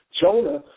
Jonah